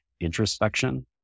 introspection